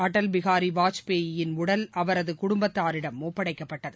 அடல் பிகாரி வாஜ்பாயின் உடல் அவரது குடும்பத்தினரிடம் ஒப்படைக்கப்பட்டது